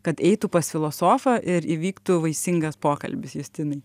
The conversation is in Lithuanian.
kad eitų pas filosofą ir įvyktų vaisingas pokalbis justinai